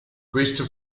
questo